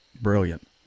brilliant